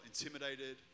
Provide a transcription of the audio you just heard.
intimidated